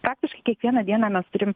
praktiškai kiekvieną dieną mes turim